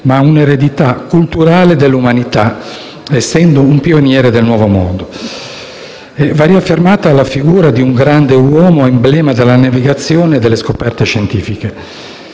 ma un'eredità culturale dell'umanità, essendo un pioniere del mondo nuovo. Va riaffermata la figura di un grande uomo, emblema della navigazione e delle scoperte scientifiche.